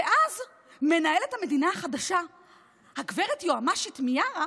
ואז, מנהלת המדינה החדשה, גב' יועמ"שית מיארה,